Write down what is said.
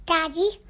Daddy